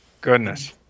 goodness